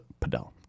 Padel